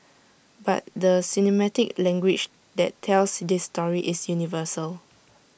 but the cinematic language that tells this story is universal